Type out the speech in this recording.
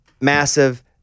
massive